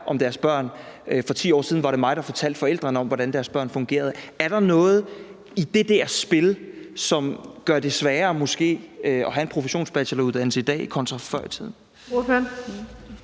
om deres børn; for 10 år siden var det pædagogerne, der fortalte forældrene, hvordan deres børn fungerede. Er der noget i det der spil, som måske gør det sværere at have en professionsbacheloruddannelse i dag kontra før i tiden?